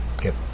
get